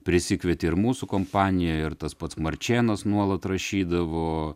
prisikvietė ir mūsų kompaniją ir tas pats marčėnas nuolat rašydavo